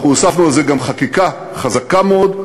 אנחנו הוספנו לזה גם חקיקה חזקה מאוד,